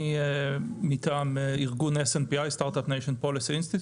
אני מטעם ארגון SNPI - Start-Up Nation Policy Institute.